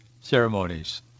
ceremonies